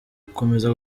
gukomeza